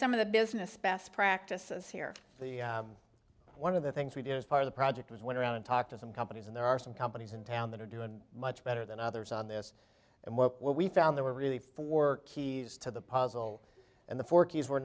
some of the business best practices here one of the things we did as part of the project was went around and talked to some companies and there are some companies in town that are doing much better than others on this and what we found there were really four keys to the puzzle and the four keys were